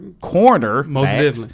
corner